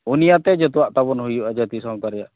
ᱩᱱᱤᱭᱟᱛᱮ ᱡᱚᱛᱚᱣᱟᱜ ᱛᱟᱵᱚᱱ ᱦᱩᱭᱩᱜᱼᱟ ᱡᱟᱹᱛᱤ ᱥᱟᱶᱛᱟ ᱨᱮᱭᱟᱜ